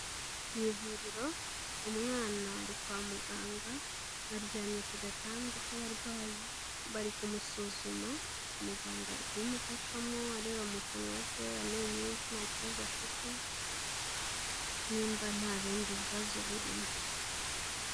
Mu ivuriro umwana ari kwa muganga, aryamye ku gatanda k'abarwayi, bari kumusuzuma, muganga ari kubimufashamo areba mu kanwa ke amenyo ye ko nta kibazo afite, niba nta bindi bibazo birimo.